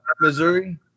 Missouri